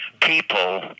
people